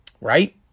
Right